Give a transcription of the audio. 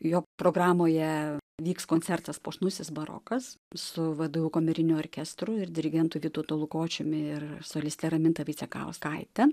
jo programoje vyks koncertas puošnusis barokas su vdu kameriniu orkestru ir dirigentu vytautu lukočiumi ir soliste raminta vaicekauskaite